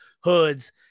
Hoods